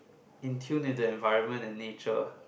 in tune with the environment and nature